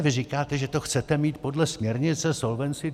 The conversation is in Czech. Vy říkáte, že to chcete mít podle směrnice Solvency II.